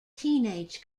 teenage